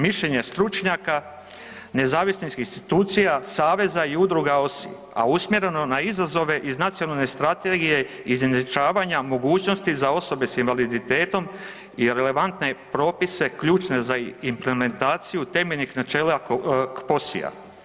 Mišljenje stručnjaka nezavisnih institucija, saveza i udruga OSI, a usmjereno na izazove iz nacionalne strategije izjednačavanja mogućnosti za osobe s invaliditetom i relevantne propise ključne za implementaciju temeljnih načela POSI-a.